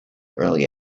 early